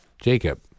Jacob